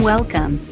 Welcome